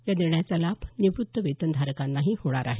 या निर्णयाचा लाभ निवृत्त वेतन धारकांनाही होणार आहे